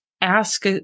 ask